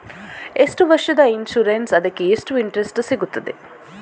ಎಷ್ಟು ವರ್ಷದ ಇನ್ಸೂರೆನ್ಸ್ ಅದಕ್ಕೆ ಎಷ್ಟು ಇಂಟ್ರೆಸ್ಟ್ ಸಿಗುತ್ತದೆ?